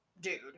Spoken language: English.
dude